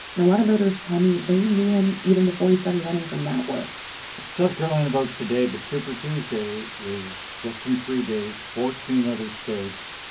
and a lot of voters tell me they knew him even before he started running from that work south carolina votes today, but super tuesday is just in three days fourteen other states.